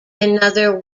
another